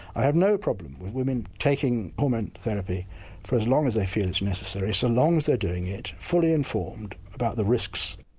i have no problem with women taking hormone therapy for as long as they feel it's necessary so long as they are doing it fully informed about the risks.